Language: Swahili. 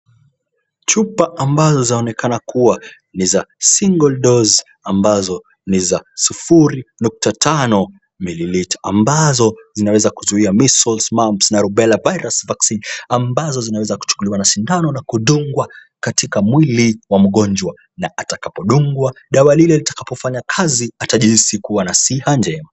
Chupa ambazo zaonekana kuwa ni za single dose ambazo ni za 0.5m ambazo zinaweza kuzuia measles, mumps na rubela virus vaccine ambazo zinaweza kuchukuliwa na sindano na kudungwa katika mwili wa mgonjwa na atakapodungwa, dawa lile litakapofanya kazi atajihisi kuwa na siha njema.